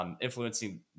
influencing